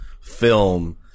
film